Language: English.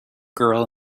girl